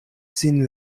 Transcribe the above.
sin